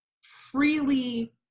freely